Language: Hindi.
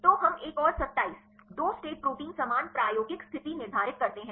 तो हम एक और 27 2 स्टेट प्रोटीन समान प्रायोगिक स्थिति निर्धारित करते हैं